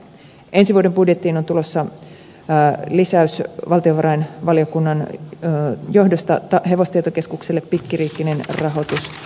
ensi vuoden budjettiin on tulossa lisäys valtiovarainvaliokunnan johdosta hevostietokeskukselle pikkiriikkinen rahoitus